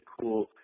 cool